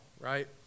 right